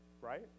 right